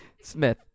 Smith